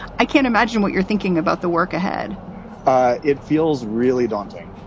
i can't imagine what you're thinking about the work ahead it feels really daunting.